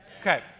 Okay